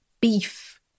beef